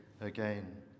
again